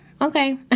okay